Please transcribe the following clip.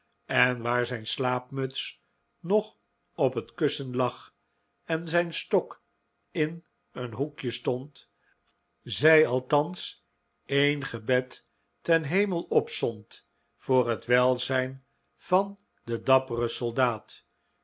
en waar zijn slaapmuts nog op het kussen lag en zijn stok in een hoekje stond zij althans een gebed ten hemel opzond voor het welzijn van den dapperen soldaat